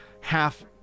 half